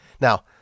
Now